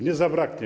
Nie zabraknie.